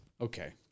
Okay